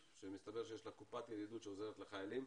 שמסתבר שיש לה קופת ידידות שעוזרת לחיילים.